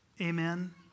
amen